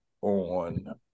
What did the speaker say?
on